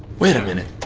wait a minute,